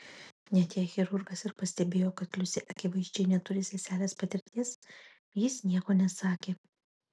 net jei chirurgas ir pastebėjo kad liusė akivaizdžiai neturi seselės patirties jis nieko nesakė